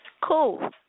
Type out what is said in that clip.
Cool